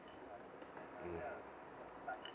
mm